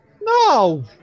No